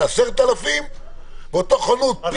תחטוף קנס של 10,000 ש"ח וחנות הגדולה